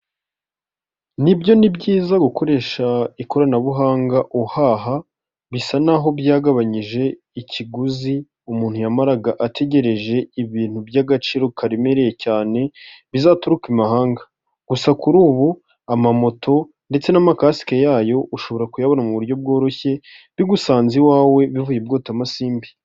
Ni byo ni byiza gukoresha ikoranabuhanga uhaha, bisa n'aho byagabanyije ikiguzi umuntu yamaraga, ategereje ibintu by'agaciro karemereye cyane bizaturuka i mahanga, gusa kuri ubu, amamoto ndetse n'amakasike yayo ushobora kuyabona mu buryo bworoshye bigusanze iwawe bivuye i bwotamasimbi.